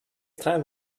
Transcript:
time